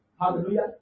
Hallelujah